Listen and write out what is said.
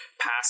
pass